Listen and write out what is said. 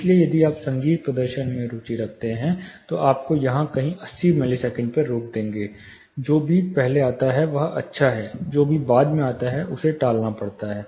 इसलिए यदि आप संगीत प्रदर्शन में रुचि रखते हैं तो आप शायद यहां कहीं 80 मिलीसेकंड पर रोक देंगे जो भी पहले आता है वह अच्छा है जो भी बाद में आता है उसे टालना पड़ता है